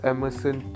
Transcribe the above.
Emerson